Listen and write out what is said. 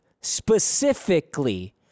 specifically